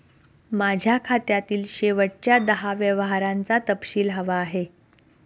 माझ्या खात्यातील शेवटच्या दहा व्यवहारांचा तपशील हवा आहे